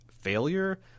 failure